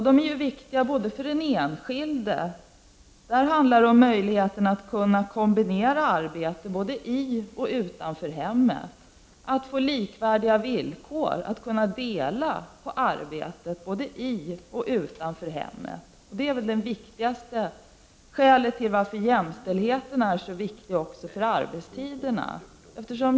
De är viktiga för den enskilde. Det handlar om att kunna kombinera arbetet i och utanför hemmet. Det gäller att skapa likvärdiga villkor för att kunna dela på arbetet både i och utanför hemmet. Det är det viktigaste skälet till att arbetstiderna är så viktiga för jämställdheten.